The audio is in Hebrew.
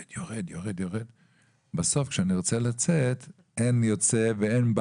לתגמולים" יבוא "או לזכאות נוספת" ובמקום "מתגמוליו החודשיים"